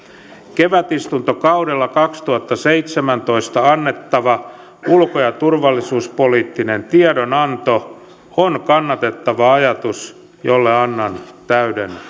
kevätistuntokaudella kaksituhattaseitsemäntoista annettava ulko ja turvallisuuspoliittinen tiedonanto on kannatettava ajatus jolle annan täyden